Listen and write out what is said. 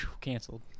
Canceled